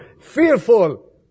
Fearful